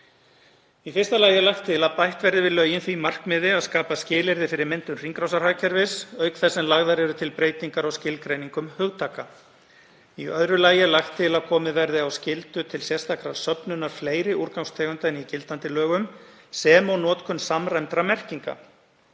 Í fyrsta lagi er lagt til að bætt verði við lögin því markmiði að skapa skilyrði fyrir myndun hringrásarhagkerfis auk þess sem lagðar eru til breytingar á skilgreiningum hugtaka. Í öðru lagi er lagt til að komið verði á skyldu til sérstakrar söfnunar fleiri úrgangstegunda en í gildandi lögum sem og notkun samræmdra merkinga.